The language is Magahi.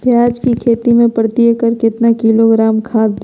प्याज की खेती में प्रति एकड़ कितना किलोग्राम खाद दे?